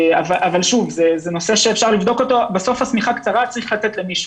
אבל שוב בסוף השמיכה קצרה, וצריך לתת למישהו,